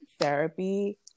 therapy